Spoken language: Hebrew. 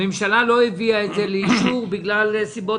הממשלה לא הביאה את זה לאישור בגלל סיבות